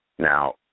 Now